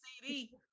CD